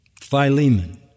Philemon